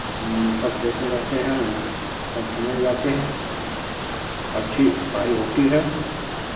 सब ड्रेस में रहते है सब समय से जाते हैं अच्छी पढ़ाई होती है